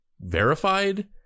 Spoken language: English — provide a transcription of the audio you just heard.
verified